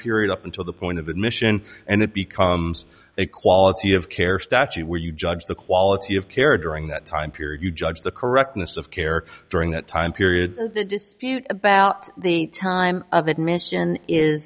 period up until the point of admission and it becomes a quality of care statute where you judge the quality of care during that time period you judge the correctness of care during that time period the dispute about the time